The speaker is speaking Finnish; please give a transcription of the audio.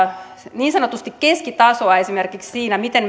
niin sanotusti keskitasoa esimerkiksi siinä miten